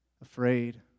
afraid